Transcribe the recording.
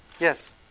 yes